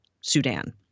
Sudan